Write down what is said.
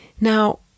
Now